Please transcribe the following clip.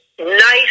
nice